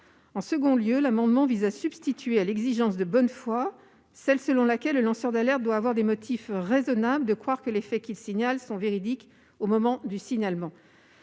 En second lieu, l'amendement vise à substituer à l'exigence de bonne foi une condition précisant que le lanceur d'alerte doit avoir des motifs raisonnables de croire que les faits qu'il signale sont véridiques au moment du signalement.